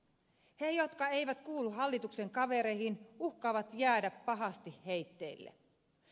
ne jotka eivät kuulu hallituksen kavereihin uhkaavat jäädä pahasti heitteille